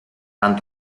tant